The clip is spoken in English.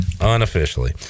Unofficially